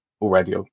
already